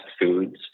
foods